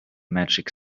magic